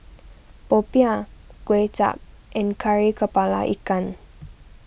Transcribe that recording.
Popiah Kway Chap and Kari Kepala Ikan